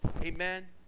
Amen